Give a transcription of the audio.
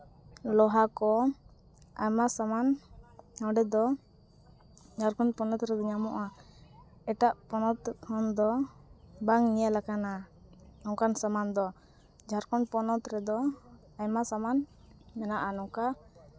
ᱞᱳᱦᱟ ᱠᱚ ᱟᱭᱢᱟ ᱥᱟᱢᱟᱱ ᱱᱚᱸᱰᱮ ᱫᱚ ᱡᱷᱟᱨᱠᱷᱚᱸᱰ ᱯᱚᱱᱚᱛ ᱨᱮ ᱧᱟᱢᱚᱜᱼᱟ ᱮᱴᱟᱜ ᱯᱚᱱᱚᱛ ᱠᱷᱚᱱ ᱫᱚ ᱵᱟᱝ ᱧᱮᱞᱟᱠᱟᱱᱟ ᱱᱚᱝᱠᱟᱱ ᱥᱟᱢᱟᱱ ᱫᱚ ᱡᱷᱟᱨᱠᱷᱚᱸᱰ ᱯᱚᱱᱚᱛ ᱨᱮᱫᱚ ᱟᱭᱢᱟ ᱥᱟᱢᱟᱱ ᱢᱮᱱᱟᱜᱼᱟ ᱱᱚᱝᱠᱟ